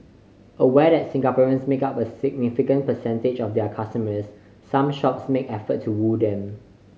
aware that Singaporeans make up a significant percentage of their customers some shops make effort to woo them